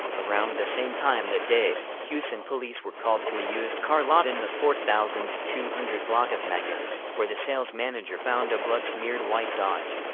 around the same time that day, houston police were called to a used car lot in the four thousand two hundred block of mangum where the sales manager found a blood-smeared white dodge.